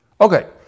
Okay